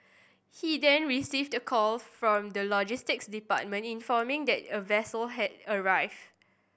he then received a call from the logistics department informing that a vessel had arrived